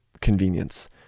convenience